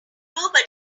nobody